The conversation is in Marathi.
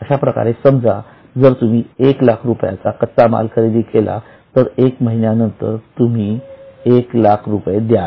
अशाप्रकारे समजा जर तुम्ही एक लाख रुपयाचा कच्चा माल खरेदी केला तर एक महिन्यानंतर तुम्ही एक लाख रुपये द्याल